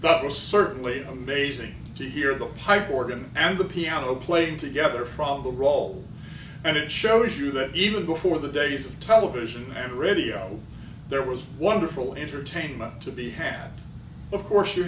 that was certainly amazing to hear the pipe organ and the piano playing together from the role and it shows you that even before the days of television and radio there was wonderful entertainment to be hand of course you